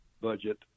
budget